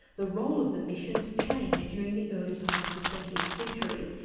the role of the missions changed during the early part of the twentieth century,